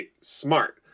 smart